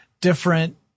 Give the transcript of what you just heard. different